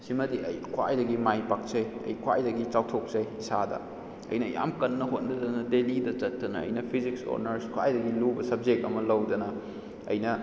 ꯁꯤꯃꯗꯤ ꯑꯩ ꯈ꯭ꯋꯥꯏꯗꯒꯤ ꯃꯥꯏ ꯄꯥꯛꯆꯩ ꯑꯩ ꯈ꯭ꯋꯥꯏꯗꯒꯤ ꯆꯥꯎꯊꯣꯛꯆꯩ ꯏꯁꯥꯗ ꯑꯩꯅ ꯌꯥꯝ ꯀꯟꯅ ꯍꯣꯠꯅꯗꯅ ꯗꯦꯜꯂꯤꯗ ꯆꯠꯇꯅ ꯑꯩꯅ ꯐꯤꯖꯤꯛꯁ ꯑꯣꯅꯔꯁ ꯈ꯭ꯋꯥꯏꯗꯒꯤ ꯂꯨꯕ ꯁꯕꯖꯦꯛ ꯑꯃ ꯂꯧꯗꯅ ꯑꯩꯅ